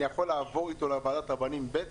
אני יכול לעבור איתו לוועדת רבנים ב'?